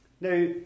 Now